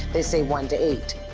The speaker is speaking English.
they say, one to eight.